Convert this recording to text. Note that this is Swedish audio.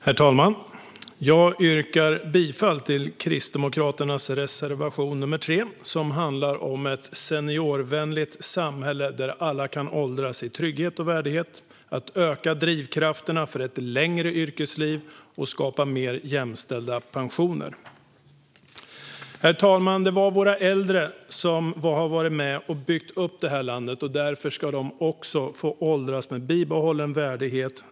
Herr talman! Jag yrkar bifall till Kristdemokraternas reservation nr 3, som handlar om ett seniorvänligt samhälle där alla kan åldras i trygghet och värdighet, om att öka drivkrafterna för ett längre yrkesliv och om att skapa mer jämställda pensioner. Herr talman! Det är våra äldre som har varit med och byggt upp det här landet, och därför ska de få åldras med bibehållen värdighet.